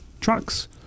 trucks